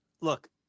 look